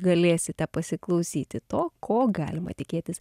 galėsite pasiklausyti to ko galima tikėtis